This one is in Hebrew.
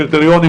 קריטריונים,